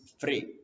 free